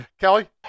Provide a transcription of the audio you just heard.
Kelly